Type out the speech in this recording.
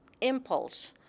impulse